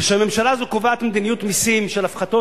כשהממשלה הזו קובעת מדיניות מסים של הפחתות